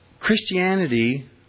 Christianity